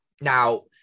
Now